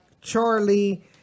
Charlie